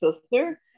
sister